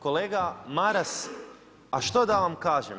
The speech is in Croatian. Kolega Maras, a što da vam kažem?